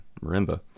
Marimba